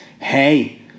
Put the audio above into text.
Hey